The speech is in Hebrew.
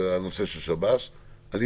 לגבי המשטרה,